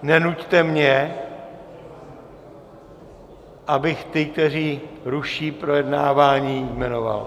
Nenuťte mě, abych ty, kteří ruší projednávání, jmenoval.